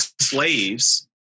slaves